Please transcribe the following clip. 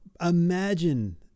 imagine